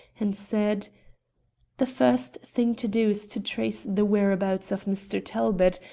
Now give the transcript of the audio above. and said the first thing to do is to trace the whereabouts of mr. talbot,